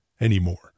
anymore